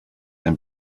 ein